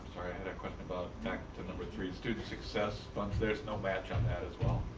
sorry. i had a question about back to number three students success. but there's no match on that as well?